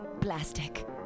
plastic